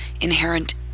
inherent